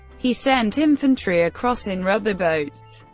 he sent infantry across in rubber boats,